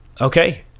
Okay